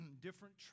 different